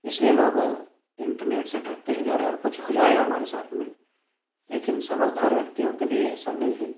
इसलिए लोग इन्टरनेट से डरते है कि अरे यार कुछ हो जाएगा हमारे साथ में लेकिन समझदार व्यक्तियों के लिए ऐसा नहीं है